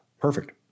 perfect